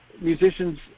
musicians